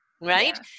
right